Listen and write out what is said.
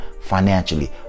financially